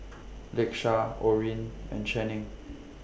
Lakesha Orene and Channing